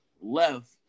left